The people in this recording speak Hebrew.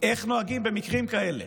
איך נוהגים במקרים כאלה,